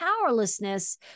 powerlessness